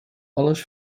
alles